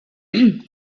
einem